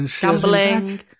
gambling